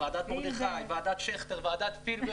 -- ועדת מרדכי, ועדת שכטר ועדת פילבר